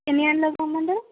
ఎన్ని గంటలకు రమ్మంటావు